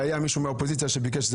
היה מישהו מהאופוזיציה שביקש שזה